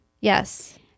Yes